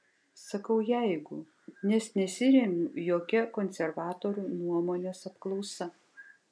sakau jeigu nes nesiremiu jokia konservatorių nuomonės apklausa